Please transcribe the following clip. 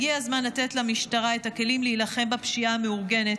הגיע הזמן לתת למשטרה את הכלים להילחם בפשיעה המאורגנת.